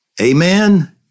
Amen